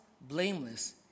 blameless